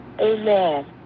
Amen